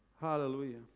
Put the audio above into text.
Hallelujah